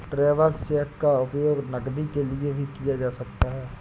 travellers cheque का उपयोग नकदी के लिए भी किया जा सकता है